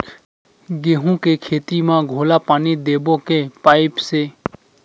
गेहूं के खेती म घोला पानी देबो के पाइप से?